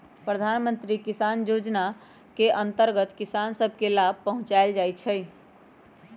प्रधानमंत्री किसान जोजना के अंतर्गत किसान सभ के लाभ पहुंचाएल जाइ छइ